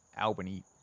Albany